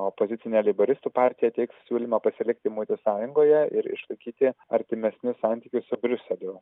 o opozicinė leiboristų partija teiks siūlymą pasilikti muitų sąjungoje ir išlaikyti artimesnius santykius su briuseliu